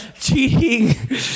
cheating